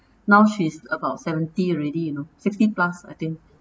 now she's about seventy already you know sixty plus I think